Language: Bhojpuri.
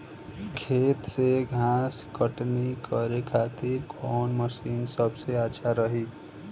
खेत से घास कटनी करे खातिर कौन मशीन सबसे अच्छा रही?